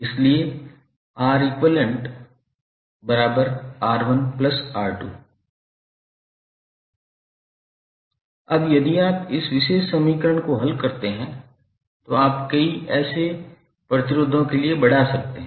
इसलिए 𝑅𝑒𝑞𝑅1𝑅2 अब यदि आप इस विशेष समीकरण को हल करते हैं तो आप इसे कई प्रतिरोधों के लिए बढ़ा सकते हैं